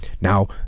Now